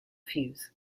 fuse